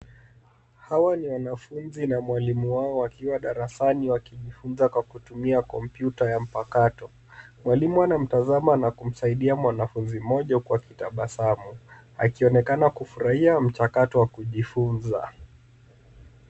Hawa ni wanafunzi na mwalimu wao wakiwa darasani wakijifunza kwa kutumia kompyuta ya mpakato. Mwalimu anamtazama na kumsadia mwanafunzi mmoja huku akitabasamu, akionekana kufurahia mchakato wa kujifunza.